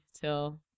till